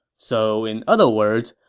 so, in other words,